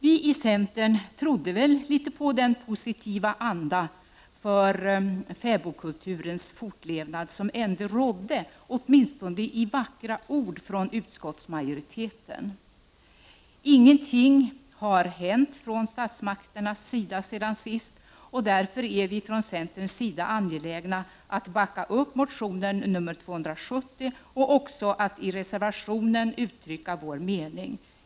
Vi i centern trodde litet på den positiva anda för fäbodkulturens fortlevnad som rådde, åtminstone i form av vackra ord från utskottsmajoriteten. Ingenting har dock hänt från statsmakternas sida sedan sist. Därför är vi från centerns sida angelägna om att backa upp motion Kr270 och också att i reservationen uttrycka vår mening.